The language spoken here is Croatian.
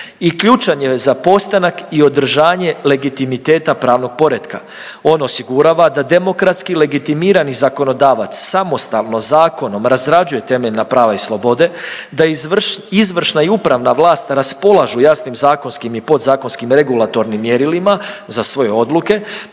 ključan je za postanak i održanje legitimiteta pravnog poretka. On osigurava da demokratski legitimirani zakonodavac samostalno zakonom razrađuje temeljna prava i slobode, da izvršna i upravna vlast raspolažu jasnim zakonskim i podzakonskim regulatornim mjerilima za svoje odluke